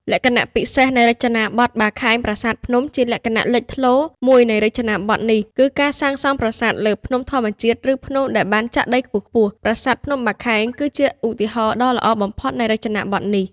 លក្ខណៈពិសេសនៃរចនាបថបាខែងប្រាសាទភ្នំ ជាលក្ខណៈលេចធ្លោមួយនៃរចនាបថនេះ គឺការសាងសង់ប្រាសាទលើ ភ្នំធម្មជាតិ ឬភ្នំដែលបានចាក់ដីខ្ពស់ៗ។ ប្រាសាទភ្នំបាខែង គឺជាឧទាហរណ៍ដ៏ល្អបំផុតនៃរចនាបថនេះ។